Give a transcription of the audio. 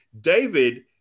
David